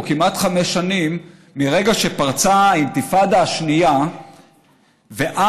או כמעט חמש שנים מרגע שפרצה האינתיפאדה השנייה ועד